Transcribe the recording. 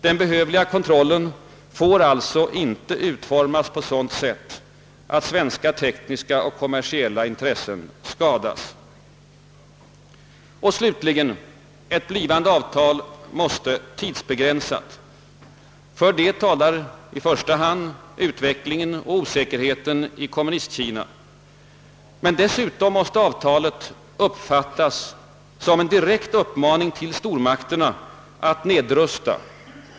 Den behövliga kontrollen får alltså inte utformas på ett sådant sätt att svenska tekniska och kommersiella intressen skadas. Slutligen måste ett blivande avtal tidsbegränsas. För detta talar i första hand utvecklingen och osäkerheten i Kommunistkina. Men dessutom måste avtalet uppfattas som en direkt uppmaning till stormakterna att nedrusta.